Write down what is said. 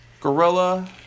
Gorilla